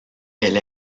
elle